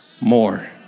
more